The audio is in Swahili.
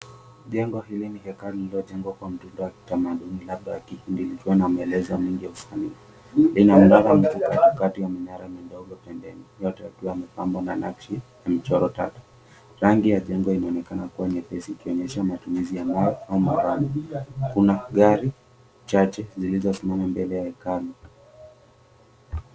Jengo hili ni hekalu lililojengwa kwa mtindo wa kitamaduni, labda wa Kihindi likiwa na maelezo mengi ya usanii. Lina mnara mkubwa kati ya minara midogo pembeni. Yote ikiwa imepambwa na nakshi au michoro tatu. Rangi ya jengo imeonekana kuwa nyepesi, ikionyesha matumizi ya mbao ama rangi. Kuna gari chache zilizosimama mbele ya hekalu.